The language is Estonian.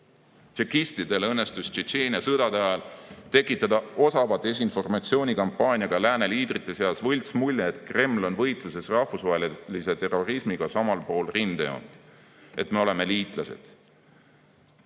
Tšekistidel õnnestus Tšetšeenia sõdade ajal tekitada osava desinformatsiooni kampaaniaga lääne liidrite seas võltsmulje, et Kreml on võitluses rahvusvahelise terrorismiga samal pool rindejoont, et me oleme liitlased.